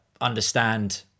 understand